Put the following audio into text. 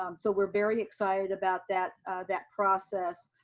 um so we're very excited about that that process.